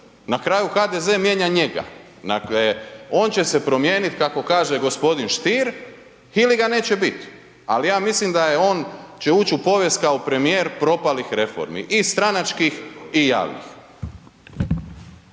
Na kraju HDZ mijenja njega. Dakle, on će se promijeniti, kako kaže g. Stier ili ga neće biti. Ali, ja mislim da je on, će ući u povijest kao premijer propalih reformi. I stranačkih i javnih.